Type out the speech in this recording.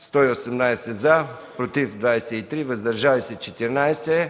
118, против 23, въздържали се 14.